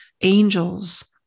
angels